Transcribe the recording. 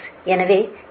எனவே 53